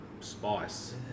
spice